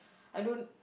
I don't